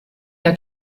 der